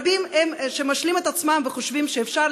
רבים הם שמשלים את עצמם וחושבים שאפשר